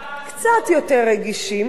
קצת יותר רגישים.